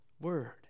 word